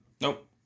Nope